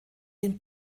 den